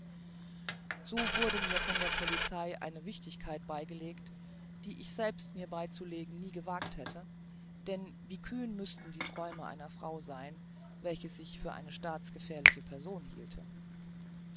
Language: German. so wurde mir von der polizei eine wichtigkeit beigelegt die ich selbst mir beizulegen nie gewagt hätte denn wie kühn müßten die träume einer frau sein welche sich für eine staatsgefährliche person hielte